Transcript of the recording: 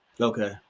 Okay